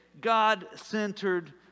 God-centered